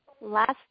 last